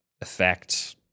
effect